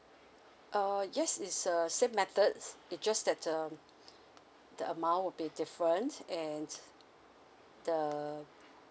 err yes is err same methods it's just that um the amount will be different and the